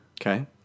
Okay